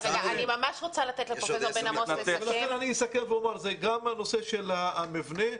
גם הנושא של המבנה,